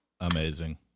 Amazing